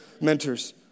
Mentors